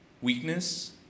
Weakness